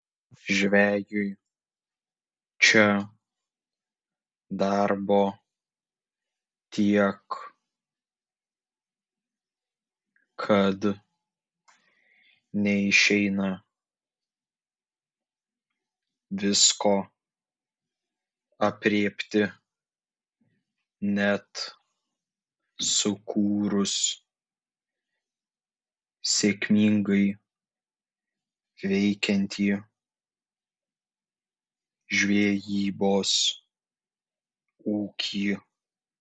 žvejui čia darbo tiek kad neišeina visko aprėpti net sukūrus sėkmingai veikiantį žvejybos ūkį